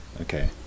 Okay